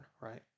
right